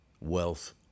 wealth